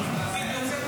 יוצא?